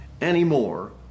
anymore